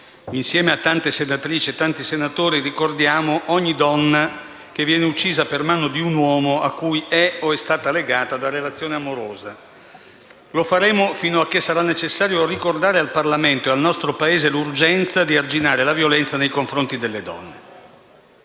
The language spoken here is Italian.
assieme a tante senatrici e tanti senatori, ricordiamo ogni donna che viene uccisa per mano di un uomo cui è o è stata legata da relazione amorosa. Lo faremo fino a che sarà necessario ricordare al Parlamento e al nostro Paese l'urgenza di arginare la violenza nei confronti delle donne.